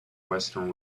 western